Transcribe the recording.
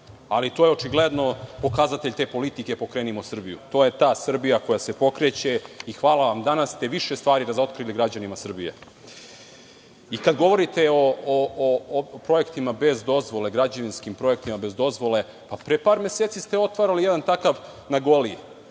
Ali, to je očigledno pokazatelj te politike „Pokrenimo Srbiju“. To je ta Srbija koja se pokreće i hvala vam, danas ste više stvari razotkrili građanima Srbije. Kada govorite o građevinskim projektima bez dozvole, pa pre par meseci ste otvarali jedan takav na Goliji.